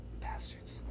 Bastards